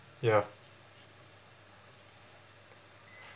ya